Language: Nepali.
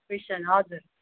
क्रिस्चियन हजुर